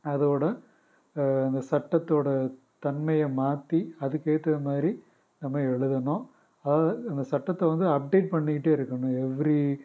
அதோடய இந்த சட்டத்தோடய தன்மையை மாற்றி அதுக்கு ஏற்றது மாதிரி நம்ம எழுதணும் அதாவது அந்த சட்டத்தை வந்து அப்டேட் பண்ணிகிட்டே இருக்கணும் எவ்ரி